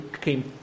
came